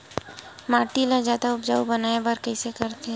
माटी ला जादा उपजाऊ बनाय बर कइसे करथे?